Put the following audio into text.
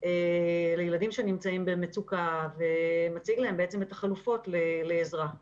שנמצאים במצוקה ומציג להם את החלופות לעזרה.